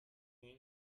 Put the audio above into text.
mean